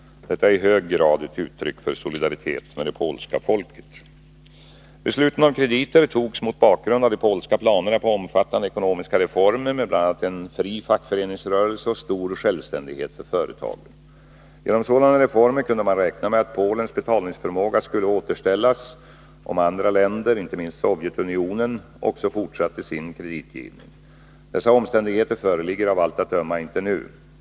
Detta är i hög grad ett uttryck för solidaritet med det polska folket. Besluten om krediter togs mot bakgrund av de polska planerna på omfattande ekonomiska reformer med bl.a. en fri fackföreningsrörelse och stor självständighet för företagen. Genom sådana reformer kunde man räkna med att Polens betalningsförmåga skulle återställas, om andra länder — inte minst Sovjetunionen — också fortsatte sin kreditgivning. Dessa omständigheter föreligger av allt att döma inte nu.